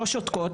לא שותקות,